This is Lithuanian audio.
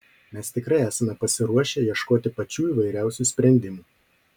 mes tikrai esame pasiruošę ieškoti pačių įvairiausių sprendimų